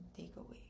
takeaway